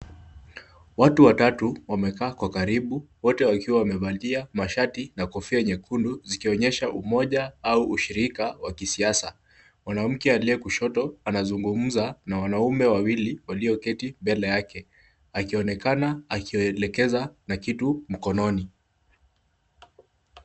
Watu watatu wamekaa kwa karibu wote wakiwa wamevalia mashati na kofia nyekundu zikionyesha umoja au ushirika wa kisiasa. Mwanamke aliye kushoto anazungumza na wanaume wawili walioketi mbele yake, akionekana akiwaelekeza na kitu mkononi.